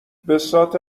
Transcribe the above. بساط